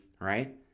right